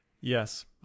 Yes